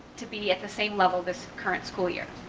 to be at the same level this current school year.